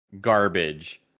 garbage